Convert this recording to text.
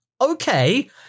Okay